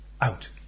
out